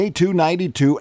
K292